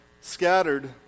scattered